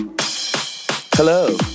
Hello